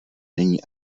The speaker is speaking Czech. není